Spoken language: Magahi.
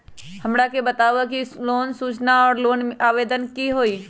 हमरा के बताव कि लोन सूचना और लोन आवेदन की होई?